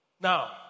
Now